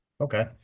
Okay